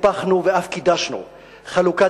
טיפחנו ואף קידשנו חלוקה,